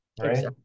right